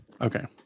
okay